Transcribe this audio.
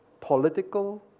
political